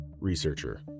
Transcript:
Researcher